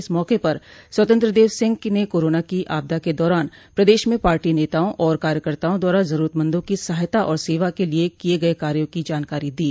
इस मौके पर स्वतंत्र देव सिंह ने कोरोना की आपदा के दौरान प्रदेश में पार्टी नेताओं और कार्यकर्ताओं द्वारा जरूरतमंदों की सहायता और सेवा के लिये किये गये कार्यो की जानकारी दी